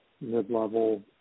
mid-level